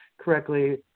correctly